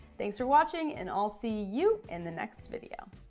thanks for watching and i'll see you in the next video.